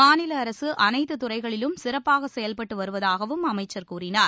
மாநிலஅரசுஅனைத்துறைகளிலும் சிறப்பாகசெயல்பட்டுவருவதாகவும் அமைச்சர் கூறினார்